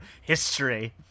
history